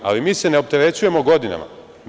Ali, mi se ne opterećujemo godinama.